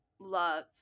love